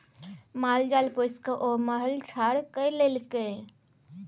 माल जाल पोसिकए ओ महल ठाढ़ कए लेलकै